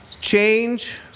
change